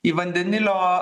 į vandenilio